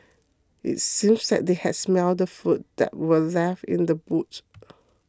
it seemed that they had smelt the food that were left in the boot